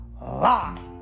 lie